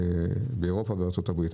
ובעיקר באירופה ובארצות הברית.